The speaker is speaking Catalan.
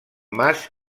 mas